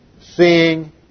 Seeing